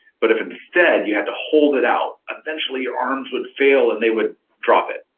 but if instead, you had to hold it out, eventually, your arms would fail, and they would drop it.